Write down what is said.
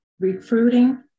recruiting